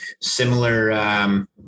similar